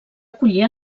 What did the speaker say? acollir